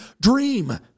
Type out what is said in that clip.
dream